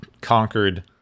conquered